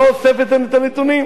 היא לא רוצה לדעת נתונים.